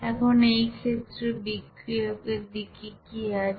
এখন এই ক্ষেত্রে বিক্রিয়কের দিকে কি আছে